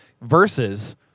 Versus